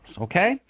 okay